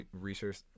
research